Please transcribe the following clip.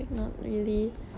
oh